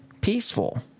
peaceful